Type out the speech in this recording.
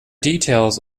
details